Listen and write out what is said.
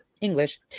English